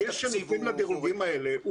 אני רק אומר שהדגש שנותנים לדירוגים האלה הוא